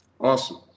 Awesome